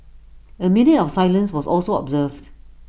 A minute of silence was also observed